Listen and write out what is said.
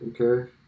Okay